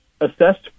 assessed